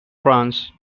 france